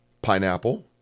pineapple